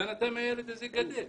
בינתיים הילד הזה גדל.